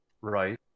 right